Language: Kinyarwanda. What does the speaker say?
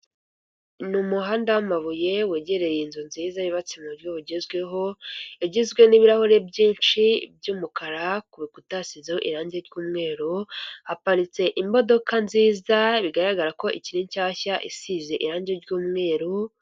Ni umuhanda w'amabuye wegereye inzu nziza yubatse mu buryo bugezweho, igizwe n'ibirahure byinshi by'umukara, ku rukuta hasizeho irangi ry'umweru, haparitse imodoka nziza bigaragara ko ikiri nshyashya isize irangi ry'umweru.